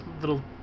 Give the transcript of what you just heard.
little